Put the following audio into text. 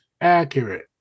Accurate